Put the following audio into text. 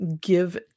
give